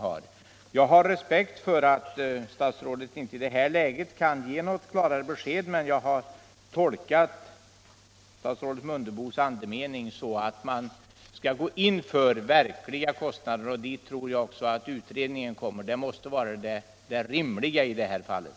Jag har respekt för att statsrådet inte i det här läget kan ge något klarare besked, men jag har tolkat andemeningen i svaret så, att man skall gå in för att medge avdrag för verkliga kostnader. Jag tror att utredningen också kommer till den slutsatsen — det måste vara det rimliga i det här fallet.